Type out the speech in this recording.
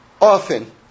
often